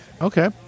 Okay